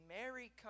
Mary